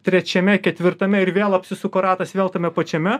trečiame ketvirtame ir vėl apsisuko ratas vėl tame pačiame